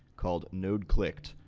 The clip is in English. called nodeclicked,